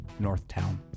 Northtown